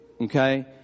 okay